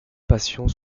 patients